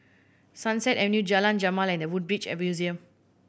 Sunset Avenue Jalan Jamal and The Woodbridge Museum